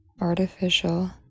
artificial